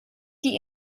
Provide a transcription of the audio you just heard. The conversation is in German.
die